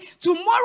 tomorrow